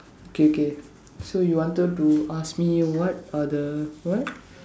K K so you wanted to ask me what are the what